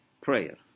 prayer